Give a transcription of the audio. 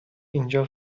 اینجا